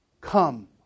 come